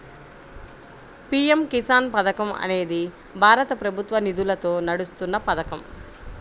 PM Kisan పథకం అనేది భారత ప్రభుత్వ నిధులతో నడుస్తున్న పథకం